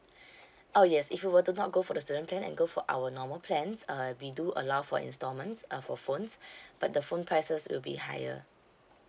oh yes if you were to not go for the student plan and go for our normal plans uh we do allow for instalments uh for phones but the phone prices will be higher